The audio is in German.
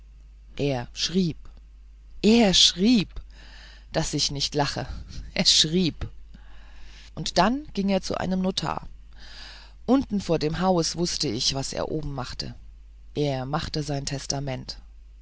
er schrieb er schrieb daß ich nicht lache er schrieb und dann ging er zu einem notar unten vor dem hause wußte ich was er oben machte er machte sein testament